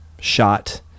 shot